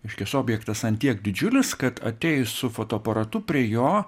reiškias objektas ant tiek didžiulis kad atėjus su fotoaparatu prie jo